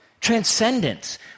Transcendence